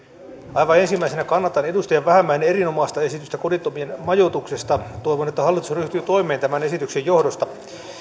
aivan ensimmäisenä kannatan edustaja vähämäen erinomaista esitystä kodittomien majoituksesta toivon että hallitus ryhtyy toimeen tämän esityksen johdosta